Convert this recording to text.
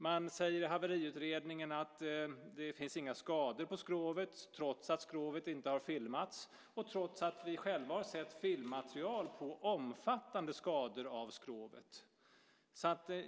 Man säger i haveriutredningen att det inte finns några skador på skrovet, trots att skrovet inte har filmats och trots att vi själva har sett filmmaterial på omfattande skador av skrovet.